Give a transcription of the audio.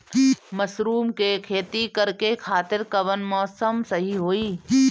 Mushroom के खेती करेके खातिर कवन मौसम सही होई?